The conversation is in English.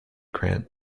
grant